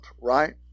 right